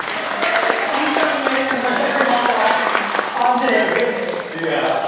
expect a twenty seven minute commercial-free monologue for me on today's big news. yeah.